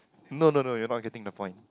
no no no you're not getting the point